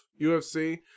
UFC